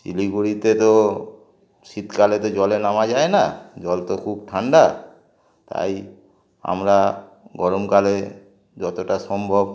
শিলিগুড়িতে তো শীতকালে তো জলে নামা যায় না জল তো খুব ঠান্ডা তাই আমরা গরমকালে যতটা সম্ভব